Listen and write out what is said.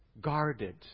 guarded